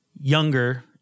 younger